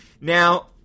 Now